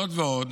זאת ועוד,